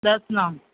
દસ નંગ